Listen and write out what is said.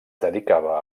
dedicava